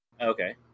Okay